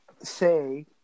say